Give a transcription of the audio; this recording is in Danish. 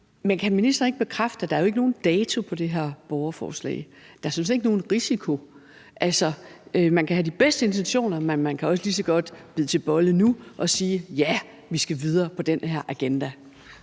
Men kan ministeren ikke bekræfte, at der jo ikke er nogen dato på det her borgerforslag, og at der jo sådan set ikke er nogen risiko? Man kan have de bedste intentioner, men man kan også lige så godt bide til bolle nu og sige: Ja, vi skal videre med den her agenda.